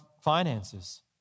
finances